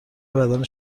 بدن